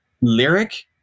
lyric